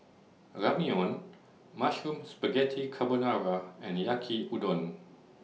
Ramyeon Mushroom Spaghetti Carbonara and Yaki Udon